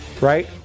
right